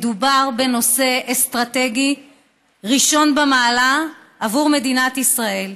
מדובר בנושא אסטרטגי ראשון במעלה עבור מדינת ישראל.